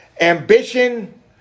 Ambition